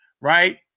right